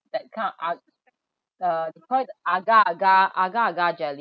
that kind of art~ uh they call it agar agar agar agar jelly